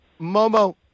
Momo